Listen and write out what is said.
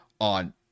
on